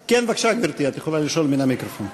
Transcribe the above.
כן, בבקשה, גברתי, את יכולה לשאול מן המיקרופון.